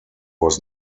was